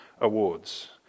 awards